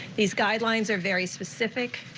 these guidelines are very specific,